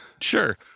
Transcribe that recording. Sure